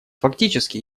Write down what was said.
фактически